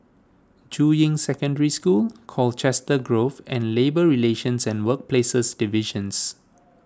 Juying Secondary School Colchester Grove and Labour Relations and Workplaces Divisions